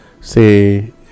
say